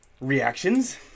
reactions